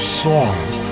songs